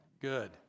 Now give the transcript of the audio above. Good